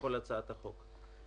כל הצעת החוק.